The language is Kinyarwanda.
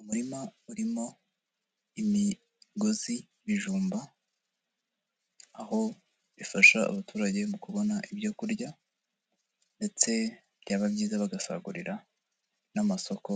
Umurima urimo imigozi y'ibijumba, aho bifasha abaturage mu kubona ibyo kurya, ndetse byaba byiza bagasagurira n'amasoko